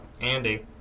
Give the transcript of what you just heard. Andy